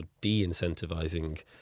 de-incentivizing